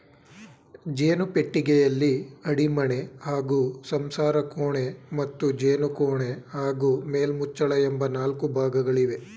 ಜೇನು ಪೆಟ್ಟಿಗೆಯಲ್ಲಿ ಅಡಿಮಣೆ ಹಾಗೂ ಸಂಸಾರಕೋಣೆ ಮತ್ತು ಜೇನುಕೋಣೆ ಹಾಗೂ ಮೇಲ್ಮುಚ್ಚಳ ಎಂಬ ನಾಲ್ಕು ಭಾಗಗಳಿವೆ